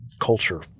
culture